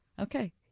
Okay